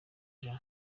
jean